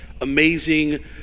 amazing